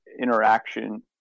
interaction